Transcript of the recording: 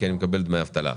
כי אני מקבל דמי אבטלה עכשיו.